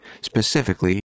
Specifically